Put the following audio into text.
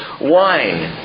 wine